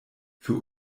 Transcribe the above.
für